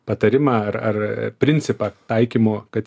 patarimą ar ar principą taikymo kad